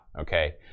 Okay